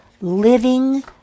living